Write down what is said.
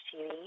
TV